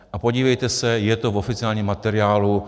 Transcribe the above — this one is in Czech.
A podívejte se, je to v oficiálním materiálu.